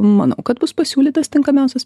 manau kad bus pasiūlytas tinkamiausias